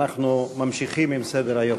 אנחנו ממשיכים בסדר-היום.